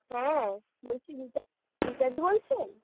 হ্যাঁ বলছি রীতা রীতা দি বলছেন